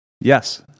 Yes